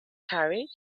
carriage